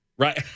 Right